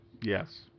Yes